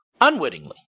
unwittingly